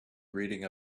reading